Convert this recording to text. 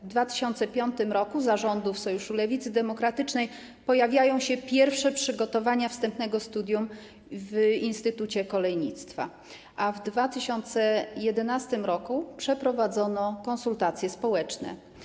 W 2005 r. za rządów Sojuszu Lewicy Demokratycznej pojawiły się pierwsze przygotowania dotyczące wstępnego studium w Instytucie Kolejnictwa, a w 2011 r. przeprowadzono konsultacje społeczne.